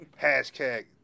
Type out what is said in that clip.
Hashtag